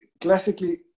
classically